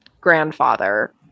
grandfather